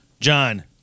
John